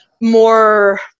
more